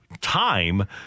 time